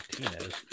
Martinez